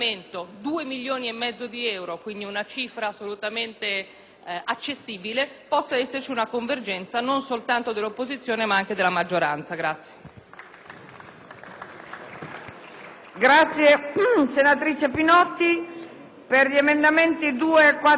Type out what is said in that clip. accessibile) possa esserci una convergenza, non soltanto dell'opposizione ma anche della maggioranza.